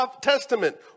Testament